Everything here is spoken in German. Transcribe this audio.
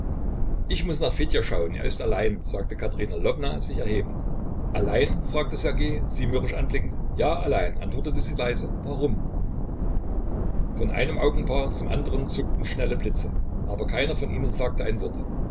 ich muß nach fedja schauen er ist allein sagte katerina lwowna sich erhebend allein fragte ssergej sie mürrisch anblickend ja allein antwortete sie leise warum von einem augenpaar zum andern zuckten schnelle blitze aber keiner von ihnen sagte ein wort